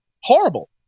Horrible